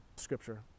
scripture